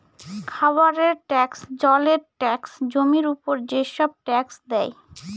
খাবারের ট্যাক্স, জলের ট্যাক্স, জমির উপর যেসব ট্যাক্স দেয়